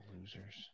losers